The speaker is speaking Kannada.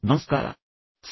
ಎಲ್ಲರಿಗೂ ನಮಸ್ಕಾರ